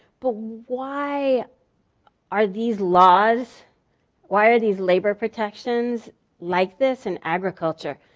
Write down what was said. but why are these laws why are these labor protections like this in agriculture?